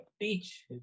Teach